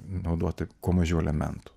naudoti kuo mažiau elementų